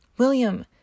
William